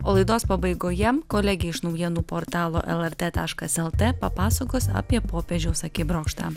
o laidos pabaigoje kolegė iš naujienų portalo lrt taškas lt papasakos apie popiežiaus akibrokštą